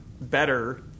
better